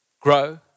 grow